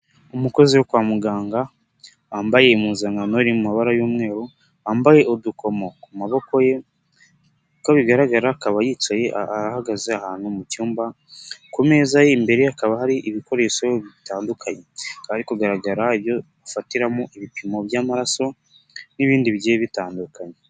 Umukozi wo kwa muganga, wambaye impuzankano iri mu mabara y'umweru, wambaye udukomo ku maboko ye, uko bigaragara akaba yicaye ahagaze ahantu mu cyumba, ku meza imbere hakaba hari ibikoresho bitandukanye. Hakaba hari kugaragara ibyo afatiramo ibipimo by'amaraso n'ibindi bigiye bitandukanye.